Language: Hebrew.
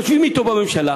יושבים אתו בממשלה,